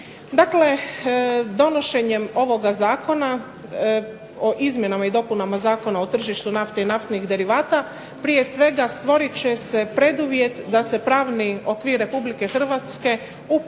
Dakle, donošenjem ovog zakona o izmjenama i dopunama Zakona o tržištu nafte i naftnih derivata prije svega stvorit će se preduvjet da se pravni okvir RH u potpunosti